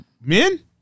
Men